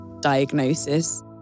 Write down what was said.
diagnosis